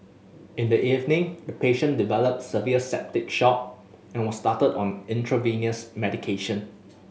in the evening the patient developed severe septic shock and was started on intravenous medication